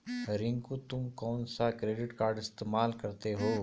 रिंकू तुम कौन सा क्रेडिट कार्ड इस्तमाल करते हो?